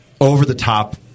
over-the-top